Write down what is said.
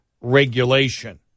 regulation